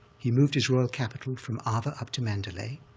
he moved his royal capital from ava up to mandalay.